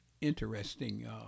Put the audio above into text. interesting